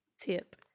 tip